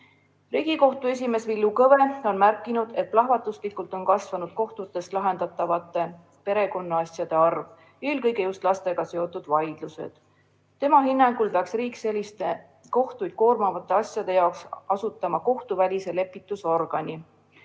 Riigikohtu esimees Villu Kõve on märkinud, et plahvatuslikult on kasvanud kohtutes lahendatavate perekonnaasjade arv, eelkõige lastega seotud vaidlused. Tema hinnangul peaks riik selliste kohtuid koormavad asjade jaoks asutama kohtuvälise lepitusorgani.